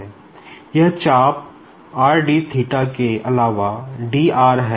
यह चाप के अलावा dr है